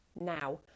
now